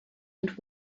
and